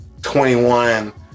21